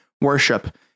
worship